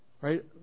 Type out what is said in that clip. right